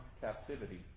captivity